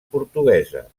portuguesa